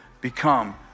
become